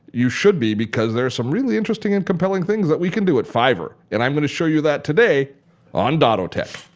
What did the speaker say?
you should be because there are some really interesting and compelling things that we can do with fiverr and i'm going to show you that today on dottotech.